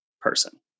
person